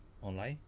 online